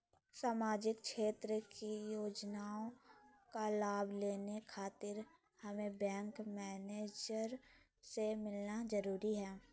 सामाजिक क्षेत्र की योजनाओं का लाभ लेने खातिर हमें बैंक मैनेजर से मिलना जरूरी है?